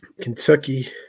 Kentucky –